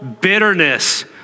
bitterness